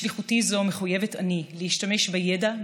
בשליחותי זו מחויבת אני להשתמש בידע,